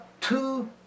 two